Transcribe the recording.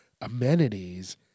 amenities